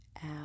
out